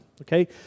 Okay